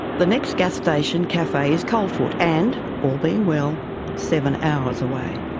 the next gas station cafe is coldfoot and, all being well seven hours away.